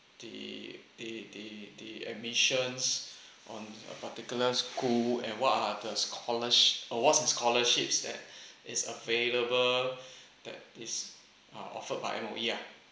the the the the admissions on a particular school and what are the scholarshi~ uh what's the scholarships that is available that is are offered by M_O_E ah